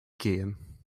gehen